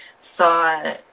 thought